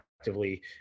effectively